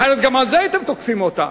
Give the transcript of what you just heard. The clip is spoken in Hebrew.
אחרת גם על זה הייתם תוקפים אותה,